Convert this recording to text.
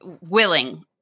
willing